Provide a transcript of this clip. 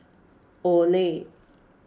Olay